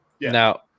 now